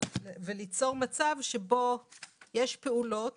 וליצור מצב שבו יש פעולות